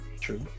true